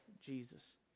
Jesus